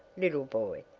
little boy,